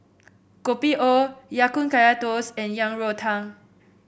Kopi O Ya Kun Kaya Toast and Yang Rou Tang